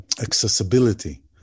accessibility